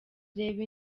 reba